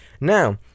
now